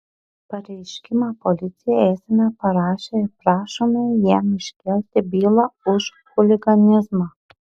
pareiškimą policijai esame parašę ir prašome jam iškelti bylą už chuliganizmą